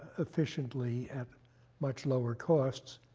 efficiently at much lower costs,